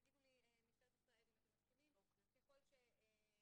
תגידו לי במשטרת ישראל אם אתם מסכימים: "ככל שאין